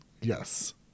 Yes